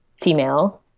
female